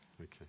Okay